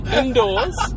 indoors